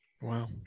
Wow